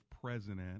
president